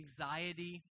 anxiety